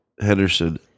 Henderson